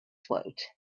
float